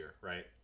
right